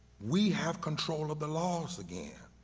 we have control of the laws again,